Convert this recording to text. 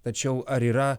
tačiau ar yra